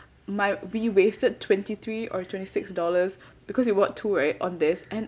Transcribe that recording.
my we wasted twenty three or twenty six dollars because we bought two right on this and